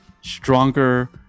stronger